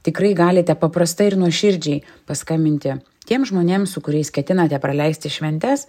tikrai galite paprastai ir nuoširdžiai paskambinti tiem žmonėm su kuriais ketinate praleisti šventes